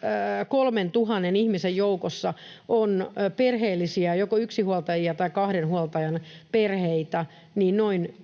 Tuossa 103 000 ihmisen joukossa on perheellisiä, joko yksinhuoltajia tai kahden huoltajan perheitä, noin